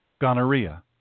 Gonorrhea